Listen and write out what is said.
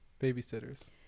babysitters